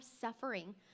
suffering